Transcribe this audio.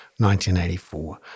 1984